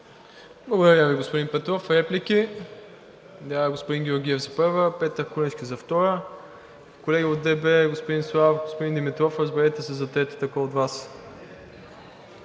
Благодаря Ви, господин Петров. Реплики? Господин Георгиев – за първа, Петър Куленски – за втора. Колеги от ДБ – господин Славов, господин Димитров – разберете се за третата кой от Вас.